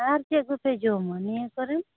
ᱟᱨ ᱪᱮᱫ ᱠᱚᱯᱮ ᱡᱚᱢᱟ ᱱᱤᱭᱟᱹ ᱠᱚᱨᱮᱱ